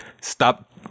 stop